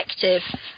effective